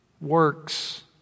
works